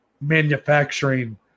manufacturing